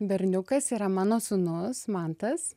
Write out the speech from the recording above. berniukas yra mano sūnus mantas